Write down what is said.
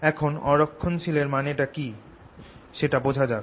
এখন অ রক্ষণশীল এর মানেটা কি সেটা বোঝা যাক